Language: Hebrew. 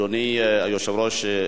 אדוני היושב-ראש,